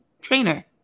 trainer